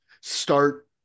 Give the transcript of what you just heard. start